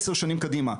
עשר שנים קדימה.